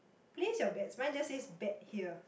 place your bets mine just says bet here